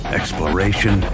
exploration